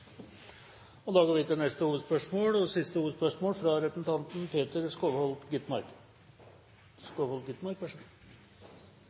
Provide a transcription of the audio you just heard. Da går vi til dagens siste hovedspørsmål.